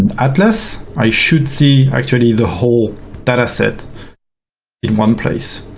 atlas, i should see actually the whole data set in one place.